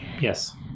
Yes